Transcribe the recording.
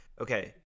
okay